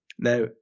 Now